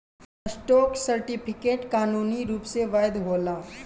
stock certificate कानूनी रूप से वैध होला